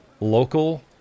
local